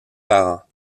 parents